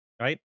right